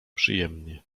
przyjemnie